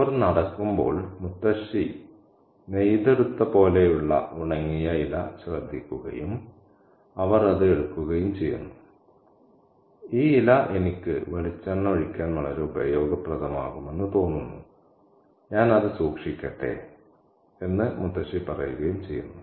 അവർ നടക്കുമ്പോൾ മുത്തശ്ശി നെയ്തെടുത്ത പോലെയുള്ള ഉണങ്ങിയ ഇല ശ്രദ്ധിക്കുകയും അവർ അത് എടുക്കുകയും ഈ ഇല എനിക്ക് വെളിച്ചെണ്ണ ഒഴിക്കാൻ വളരെ ഉപയോഗപ്രദമാകുമെന്ന് തോന്നുന്നു ഞാൻ അത് സൂക്ഷിക്കട്ടെ എന്ന് പറയുകയും ചെയ്യുന്നു